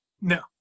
No